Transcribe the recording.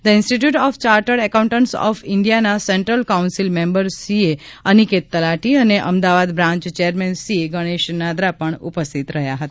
the institute of chartered accountants of ઇન્ડિયાના central council member CA Aniket Talati અને Ahmedabad branch chairman CA Ganesh Nadar પણ ઉપસ્થિત રહ્યા હતા